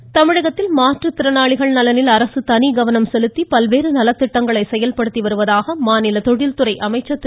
சம்பத் தமிழகத்தில் மாற்றுத்திறனாளிகள் நலனில் அரசு தனி கவனம் செலுத்தி பல்வேறு நல திட்டங்களை செயல்படுத்தி வருவதாக மாநில தொழில்துறை அமைச்சர் திரு